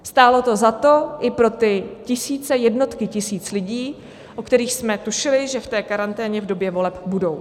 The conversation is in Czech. Stálo to za to i pro ty tisíce, jednotky tisíc lidí, o kterých jsme tušili, že v té karanténě v době voleb budou.